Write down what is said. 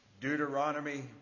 Deuteronomy